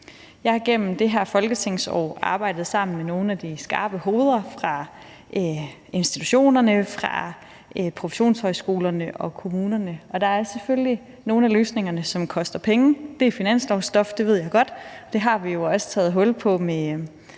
Jeg har igennem det her folketingsår arbejdet sammen med nogle af de skarpe hoveder fra institutionerne, professionshøjskolerne og kommunerne, og der er selvfølgelig nogle af de løsninger, der koster penge, og jeg ved godt, at det er finanslovsstof, og det har vi også taget hul på med